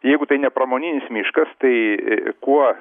jeigu tai nepramoninis miškas tai kuo